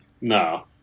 No